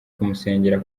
kumusengera